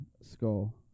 skull